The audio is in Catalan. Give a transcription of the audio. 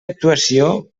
actuació